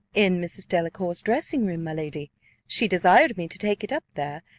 in mrs. delacour's dressing-room, my lady she desired me to take it up there,